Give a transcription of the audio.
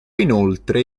inoltre